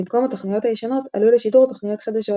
במקום התוכניות הישנות עלו לשידור תוכניות חדשות,